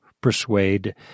persuade